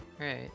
Right